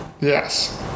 Yes